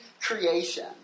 creation